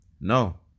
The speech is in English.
no